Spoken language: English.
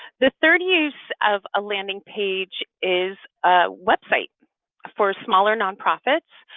the third use of a landing page is a website for smaller nonprofits.